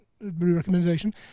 Recommendation